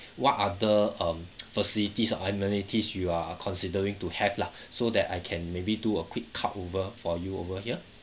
what other um facilities or amenities you are considering to have lah so that I can maybe do a quick cut over for you over here